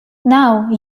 now